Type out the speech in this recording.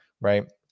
right